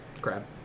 Crab